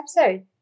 episode